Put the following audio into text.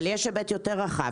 יש היבט יותר רחב,